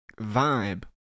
vibe